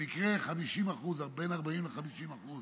במקרה, בין 40% ל-50%